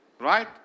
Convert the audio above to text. Right